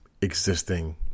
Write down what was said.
existing